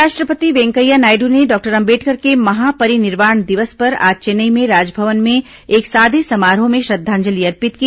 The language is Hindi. उपराष्ट्रपति वेंकैया नायडू ने डॉक्टर अंबेडकर के महापरिनिर्वाण दिवस पर आज चेन्नई में राजभवन में एक सादे समारोह में श्रद्धांजलि अर्पित की